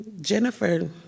Jennifer